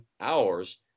hours